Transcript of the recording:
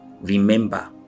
Remember